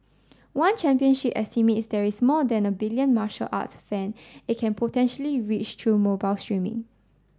one Championship estimates there is more than a billion martial arts fan it can potentially reach through mobile streaming